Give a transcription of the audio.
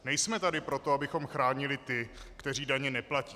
Nejsme tady proto, abychom chránili ty, kteří daně neplatí.